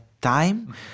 time